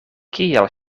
kiel